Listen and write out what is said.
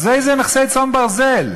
אז איזה נכסי צאן ברזל?